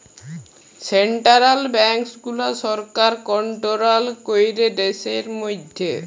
central banks গুলা সরকার control ক্যরে দ্যাশের ম্যধে